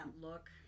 look